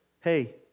hey